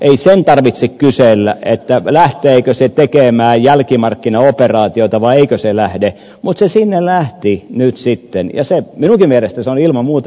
ei sen tarvitse kysellä lähteekö se tekemään jälkimarkkinaoperaatiota vai eikö se lähde mutta se sinne lähti nyt sitten ja minunkin mielestäni se on ilman muuta väärin